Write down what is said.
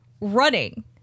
running